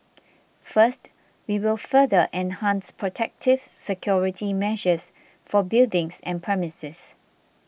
first we will further enhance protective security measures for buildings and premises